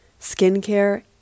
skincare